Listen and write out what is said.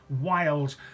wild